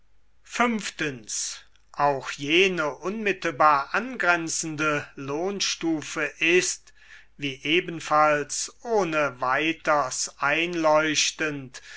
auch jene unmittelbar angrenzende lohnstufe ist wie ebenfalls ohneweiters einleuchtet